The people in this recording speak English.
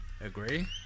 Agree